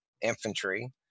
infantry